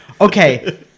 okay